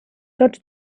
tots